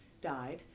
died